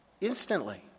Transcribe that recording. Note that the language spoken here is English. instantly